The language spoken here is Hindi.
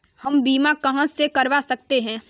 हम बीमा कहां से करवा सकते हैं?